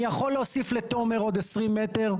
אני יכול להוסיף לתומר עוד עשרים מטר,